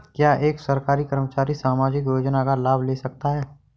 क्या एक सरकारी कर्मचारी सामाजिक योजना का लाभ ले सकता है?